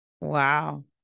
Wow